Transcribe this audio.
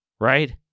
Right